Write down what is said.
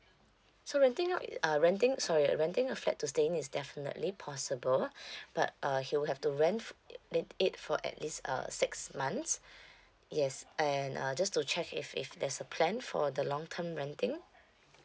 so renting out uh renting sorry renting a flat to stay in is definitely possible but uh he will have to rent f~ in it for at least uh six months yes and uh just to check if if there's a plan for the long term renting